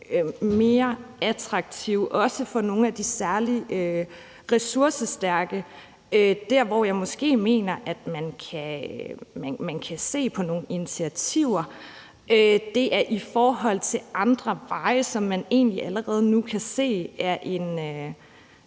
mere attraktive, også for nogle af de særlig ressourcestærke. Der, hvor jeg måske mener at man kan se på nogle initiativer, er i forhold til andre veje, som man allerede nu kan se taler